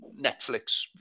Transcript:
Netflix